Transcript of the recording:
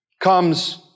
comes